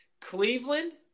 Cleveland